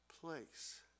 place